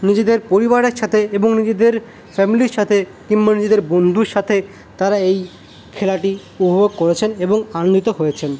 নিজেদের পরিবারের সাথে এবং নিজেদের ফ্যামিলির সাথে কিংবা নিজেদের বন্ধুর সাথে তারা এই খেলাটি উপভোগ করেছেন এবং আনন্দিত হয়েছেন